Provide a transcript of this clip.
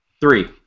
Three